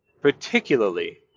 particularly